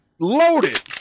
Loaded